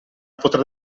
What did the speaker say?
potrà